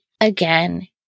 Again